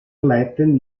leiten